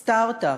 סטרט-אפ: